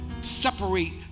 separate